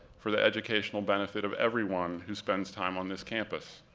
for the educational benefit of everyone who spends time on this campus.